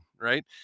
right